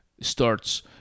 starts